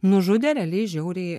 nužudė realiai žiauriai